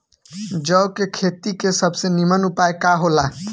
जौ के खेती के सबसे नीमन उपाय का हो ला?